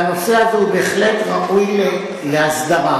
והנושא הזה בהחלט ראוי להסדרה.